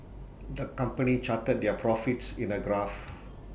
the company charted their profits in A graph